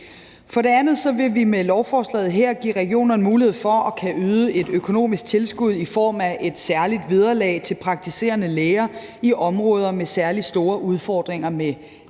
For det andet vil vi med lovforslaget her give regionerne mulighed for at kunne yde et økonomisk tilskud i form af et særligt vederlag til praktiserende læger i områder med særlig store udfordringer med lægemangel.